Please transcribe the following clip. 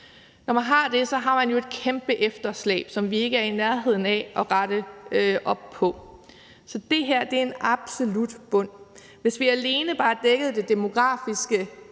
år i velfærdstab – så har man jo et kæmpe efterslæb, som vi ikke er i nærheden af at rette op på. Så det her er en absolut bund. Hvis vi bare dækkede det demografiske